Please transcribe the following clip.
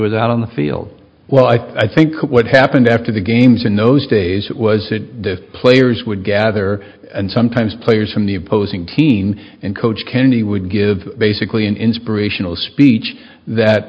was out on the field well i think what happened after the games in those days was that the players would gather and sometimes players from the opposing team and coach kenny would give basically an inspirational speech that